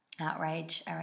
outrage